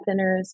thinners